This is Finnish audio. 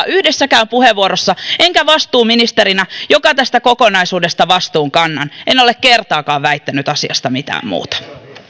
yhdessäkään puheenvuorossa ei hallitus enkä minä vastuuministerinä joka tästä kokonaisuudesta vastuun kannan ole kertaakaan väittänyt tästä faktasta mitään muuta